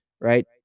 right